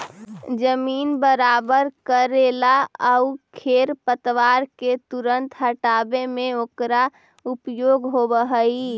जमीन बराबर कऽरेला आउ खेर पतवार के तुरंत हँटावे में एकरा उपयोग होवऽ हई